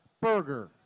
burger